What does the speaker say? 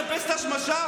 לנפץ את השמשה?